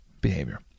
behavior